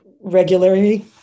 regularly